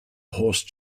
horse